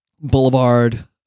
Boulevard